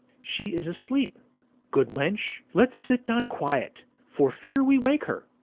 she is asleep good wench, let's sit down quiet, for feare we wake her.